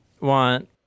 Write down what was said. want